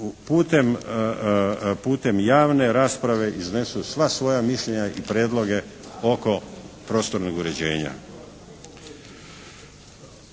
putem javne rasprave iznesu sva svoja mišljenja i prijedloge oko prostornog uređenja.